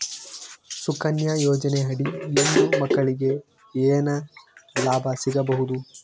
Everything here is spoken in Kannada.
ಸುಕನ್ಯಾ ಯೋಜನೆ ಅಡಿ ಹೆಣ್ಣು ಮಕ್ಕಳಿಗೆ ಏನ ಲಾಭ ಸಿಗಬಹುದು?